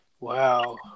Wow